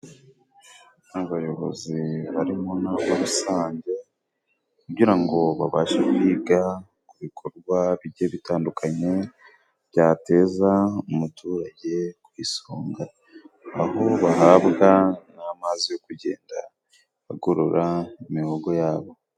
Abayobozi bari mu nama rusange, kugira ngo babashe kwiga ku bikorwa bigiye bitandukanye byateza umuturage ku isonga, aho bahabwa n'amazi yo kugenda bagorora imihogo yabo.